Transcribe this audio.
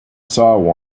saw